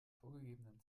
vorgegebenen